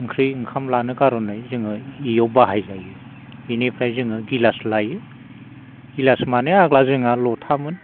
ओंख्रि ओंखाम लानो कारने जोङो बेयाव बाहाय जायो बेनिफ्राय जोङो गिलास लायो गिलास माने आगोल जोंहा लथामोन